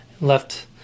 left